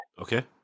okay